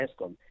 ESCOM